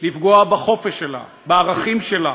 לפגוע בחופש שלה, בערכים שלה,